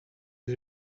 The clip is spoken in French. des